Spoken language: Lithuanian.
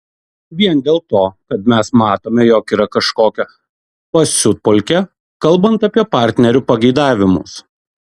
vien dėl to kad mes matome jog yra kažkokia pasiutpolkė kalbant apie partnerių pageidavimus